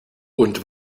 und